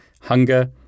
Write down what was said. Hunger